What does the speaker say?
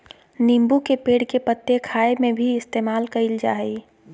नींबू के पेड़ के पत्ते खाय में भी इस्तेमाल कईल जा हइ